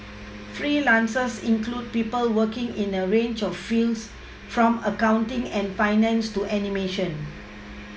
freelancers include people working in a range of fields from accounting and finance to animation